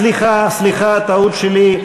סליחה, סליחה, טעות שלי.